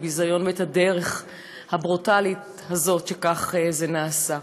הביזיון ואת הדרך הברוטלית הזאת שבה זה נעשה.